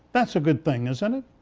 that's a good thing, isn't it?